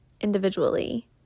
individually